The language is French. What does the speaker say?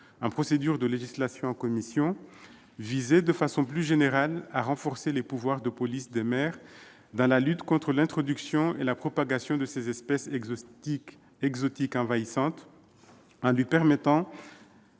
en procédure de législation en commission, visait de façon plus générale à renforcer les pouvoirs de police des maires dans la lutte contre l'introduction et la propagation de ces espèces exotiques envahissantes, en lui permettant